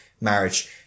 marriage